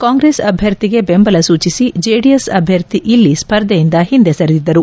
ಕಾಂಗ್ರೆಸ್ ಅಭ್ಯರ್ಥಿಗೆ ಬೆಂಬಲ ಸೂಚಿಸಿ ಜೆಡಿಎಸ್ ಅಭ್ಯರ್ಥಿ ಇಲ್ಲಿ ಸ್ಪರ್ಧೆಯಿಂದ ಹಿಂದೆ ಸರಿದಿದ್ದರು